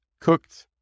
cooked